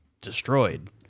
destroyed